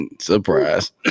Surprise